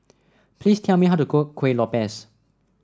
please tell me how to cook Kuih Lopes